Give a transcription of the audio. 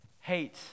hate